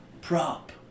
prop